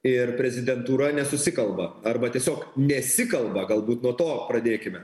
ir prezidentūra nesusikalba arba tiesiog nesikalba galbūt nuo to pradėkime